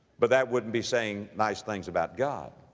but that wouldn't be saying nice things about god.